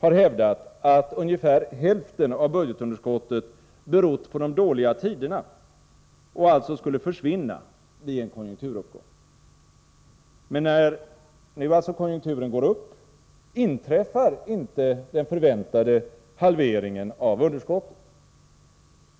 har hävdat att ungefär hälften av budgetunderskottet berott på de dåliga tiderna och alltså skulle försvinna vid en konjunkturuppgång. Men när nu konjunkturen går upp, inträffar inte den förväntade halveringen av underskottet.